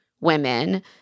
women